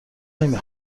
نمی